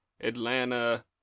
Atlanta